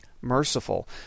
merciful